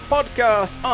Podcast